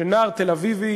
שנער תל-אביבי